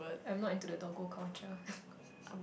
I'm not into the doggo culture